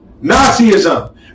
nazism